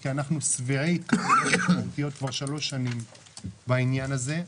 כי אנחנו שבעי התקדמויות משמעותיות כבר שלוש שנים בעניין הזה.